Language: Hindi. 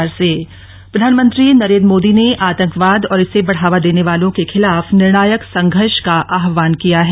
हाउडी मोदी प्रधानमंत्री नरेन्द्र मोदी ने आतंकवाद और इसे बढ़ावा देने वालों के खिलाफ निर्णायक संघर्ष का आहवान किया है